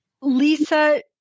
Lisa